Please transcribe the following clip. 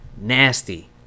nasty